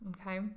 Okay